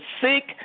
sick